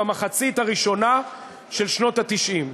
במחצית הראשונה של שנות ה-90.